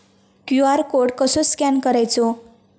QR code कसो scan करायचो?